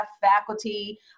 faculty